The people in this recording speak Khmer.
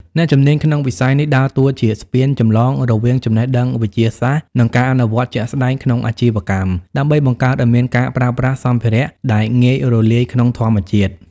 អ្នកជំនាញក្នុងវិស័យនេះដើរតួជាស្ពានចម្លងរវាងចំណេះដឹងវិទ្យាសាស្ត្រ និងការអនុវត្តជាក់ស្ដែងក្នុងអាជីវកម្ម ដើម្បីបង្កើតឱ្យមានការប្រើប្រាស់សម្ភារៈដែលងាយរលាយក្នុងធម្មជាតិ។